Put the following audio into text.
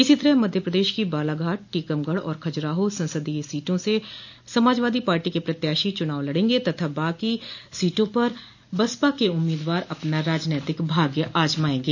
इसी तरह मध्य प्रदेश की बालाघाट टीकमगढ़ और खजुराहो संसदीय क्षेत्रों से समाजवादी पार्टी के प्रत्याशो चुनाव लड़ेंगे तथा प्रदेश की बाक़ी सीटों पर बसपा के उम्मीदवार अपना राजनैतिक भाग्य आजमायेंगे